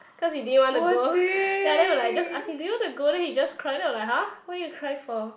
cause he didn't wanna go ya then we're like just ask him do you wanna go then he just cry then we're like !huh! what you cry for